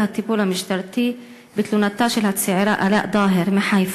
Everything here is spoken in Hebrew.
הטיפול המשטרתי בתלונתה של הצעירה אלאא דאהר מחיפה,